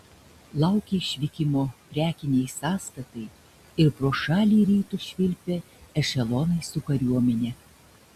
laukė išvykimo prekiniai sąstatai ir pro šalį į rytus švilpė ešelonai su kariuomene